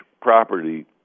property